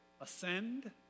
ascend